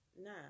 nah